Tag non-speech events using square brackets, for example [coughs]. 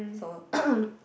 so [coughs]